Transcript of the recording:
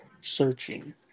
searching